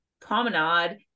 promenade